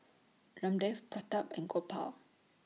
Ramdev Pratap and Gopal